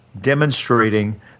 demonstrating